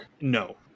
No